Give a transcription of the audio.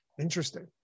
interesting